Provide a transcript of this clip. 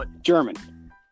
German